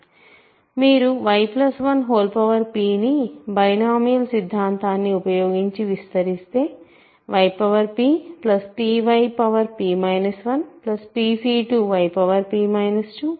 మీరు y1pని బైనామియల్ సిద్ధాంతాన్ని ఉపయోగించి విస్తరిస్తే yppyp 1pC2yp 2